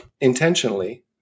intentionally